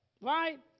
Right